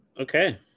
Okay